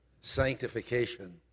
sanctification